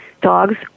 dogs